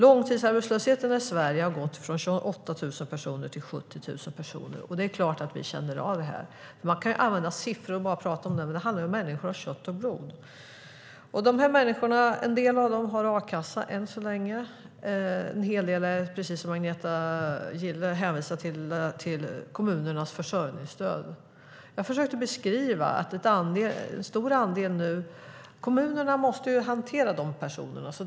Långtidsarbetslösheten i Sverige har gått från 28 000 personer till 70 000 personer, och det är klart att vi känner av detta. Man kan använda siffror för att prata om detta, men det handlar om människor av kött och blod. En del av dessa människor har a-kassa än så länge. En hel del är, precis som Agneta Gille sade, hänvisade till kommunernas försörjningsstöd. Kommunerna måste nu hantera de personerna.